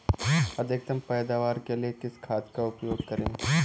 अधिकतम पैदावार के लिए किस खाद का उपयोग करें?